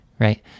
Right